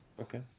Okay